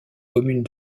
commune